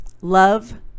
love